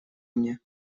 мне